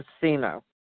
casino